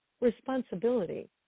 responsibility